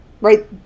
right